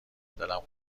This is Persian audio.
دلم